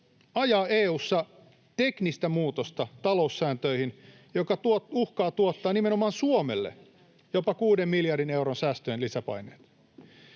Ajaa EU:ssa "teknistä" muutosta taloussääntöihin, joka uhkaa tuottaa nimenomaan Suomelle jopa kuuden miljardin euron säästöjen lisäpaineen.